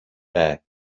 bag